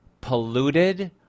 polluted